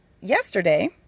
yesterday